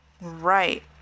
Right